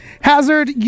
Hazard